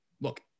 Look